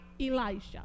Elijah